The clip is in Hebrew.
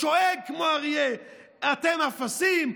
שואג כמו אריה: אתם אפסים,